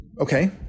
Okay